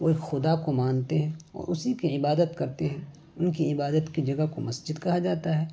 وہ ایک خدا کو مانتے ہیں اور اسی کی عبادت کرتے ہیں ان کی عبادت کی جگہ کو مسجد کہا جاتا ہے